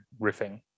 riffing